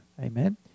Amen